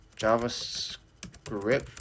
JavaScript